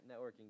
networking